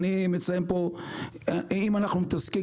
אם אנחנו מתעסקים,